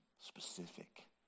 Specific